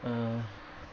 um